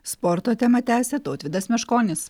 sporto temą tęsia tautvydas meškonis